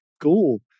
cool